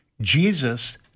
Jesus